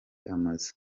amazu